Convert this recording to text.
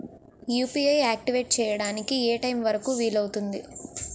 UPI activate చెయ్యడానికి ఏ time వరుకు వీలు అవుతుంది?